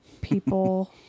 people